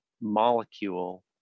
molecule